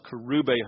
Karube